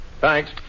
Thanks